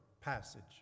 passage